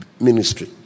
ministry